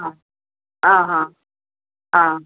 ହଁ ହଁ ହଁ ହଁ